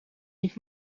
niet